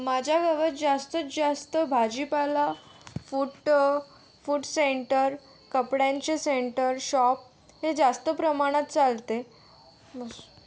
माझ्या गावात जास्तीत जास्त भाजीपाला फूट फूट सेंटर कपड्यांचे सेंटर शॉप हे जास्त प्रमाणात चालते बास